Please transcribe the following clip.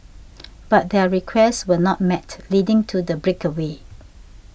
but their requests were not met leading to the breakaway